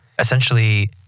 Essentially